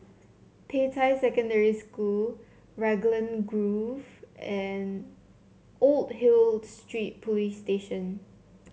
Peicai Secondary School Raglan Grove and Old Hill Street Police Station